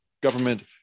government